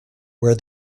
where